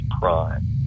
prime